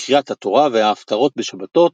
בקריאת התורה וההפטרות בשבתות,